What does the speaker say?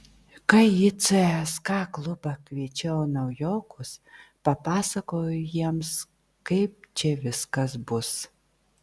kai į cska klubą kviečiau naujokus papasakojau jiems kaip čia viskas bus